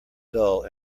dull